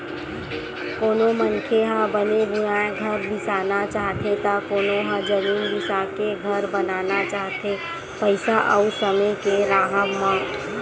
कोनो मनखे ह बने बुनाए घर बिसाना चाहथे त कोनो ह जमीन बिसाके घर बनाना चाहथे पइसा अउ समे के राहब म